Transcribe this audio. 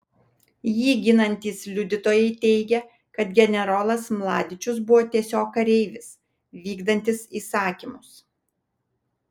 jį ginantys liudytojai teigia kad generolas mladičius buvo tiesiog kareivis vykdantis įsakymus